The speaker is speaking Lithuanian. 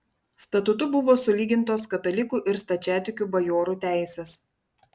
statutu buvo sulygintos katalikų ir stačiatikių bajorų teisės